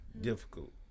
difficult